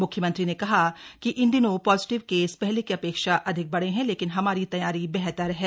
म्ख्यमंत्री ने कहा कि इन दिनों पॉजिटिव केस पहले की अपेक्षा अधिक बढ़े है लेकिन हमारी तैयारी बेहतर है